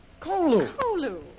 Colu